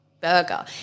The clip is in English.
burger